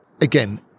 again